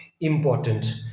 important